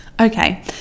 Okay